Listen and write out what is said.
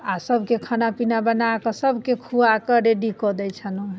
आ सभके खाना पीना बना कऽ सभके खुआ कऽ रेडी कऽ दैत छलहुँ हेँ